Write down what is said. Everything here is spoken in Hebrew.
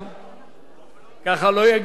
בפרוטוקול, ככה לא יגידו שהצבעת כפול.